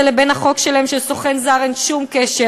לבין החוק שלהם לגבי סוכן זר אין שום קשר.